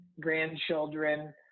grandchildren